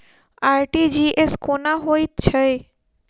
RTGS कोना होइत छै?